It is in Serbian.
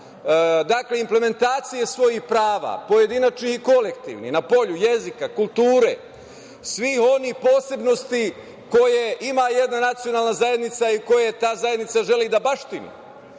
implementacije svojih prava, pojedinačnih i kolektivnih, na polju jezika, kulture, svih onih posebnosti koje ima jedna nacionalna zajednica i koje ta zajednica želi da baštini. Po